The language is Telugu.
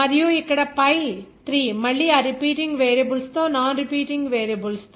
మరియు ఇక్కడ pi 3 మళ్ళీ ఆ రిపీటింగ్ వేరియబుల్స్ తో నాన్ రిపీటింగ్ వేరియబుల్స్ తో